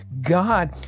God